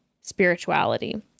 spirituality